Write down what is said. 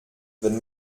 wenn